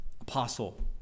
apostle